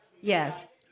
Yes